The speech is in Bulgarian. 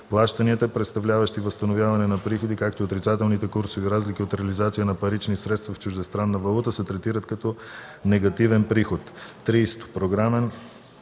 Плащанията, представляващи възстановяване на приходи, както и отрицателните курсови разлики от реализация на парични средства в чуждестранна валута се третират като негативен приход.